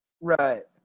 right